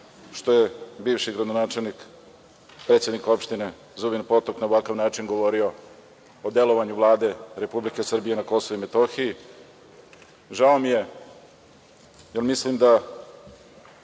što je bivši gradonačelnik, predsednik opštine Zubin Potok, na ovakav način govorio o delovanju Vlade Republike Srbije na Kosovu i Metohiji. Žao mi je, jer mislim da